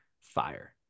fire